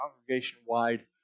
congregation-wide